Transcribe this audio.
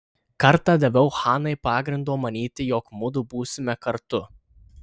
kartą daviau hanai pagrindo manyti jog mudu būsime kartu